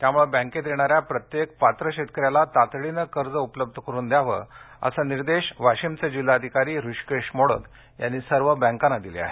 त्यामुळे बँकेत येणाऱ्या प्रत्येक पात्र शेतकऱ्याला तातडीने पीक कर्ज उपलब्ध करून द्यावेत असे निर्देश वाशिमचे जिल्हाधिकारी हृषीकेश मोडक यांनी सर्व बँकांना दिले आहेत